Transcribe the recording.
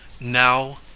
Now